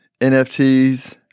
NFTs